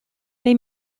they